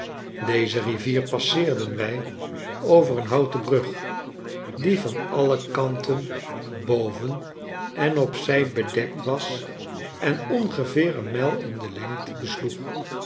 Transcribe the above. deze rivier passeerden wij over een houten brug die van alle kanten boven en op zij bedekt was en ongeveer een mijl in de lengte besloeg